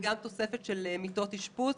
וגם לתוספת של מיטות אשפוז.